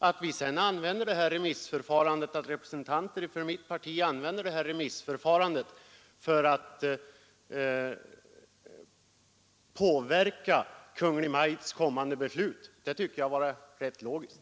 Att representanter för mitt parti sedan använder remissförfarandet för att påverka Kungl. Maj:ts kommande beslut tycker jag är rätt logiskt.